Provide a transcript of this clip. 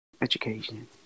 Education